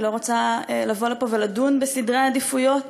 היא לא רוצה לבוא לפה ולדון בסדרי העדיפויות